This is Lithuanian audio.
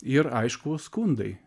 ir aišku skundai